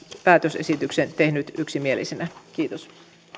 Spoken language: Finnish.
päätösesityksen tehnyt yksimielisenä kiitos